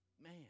Man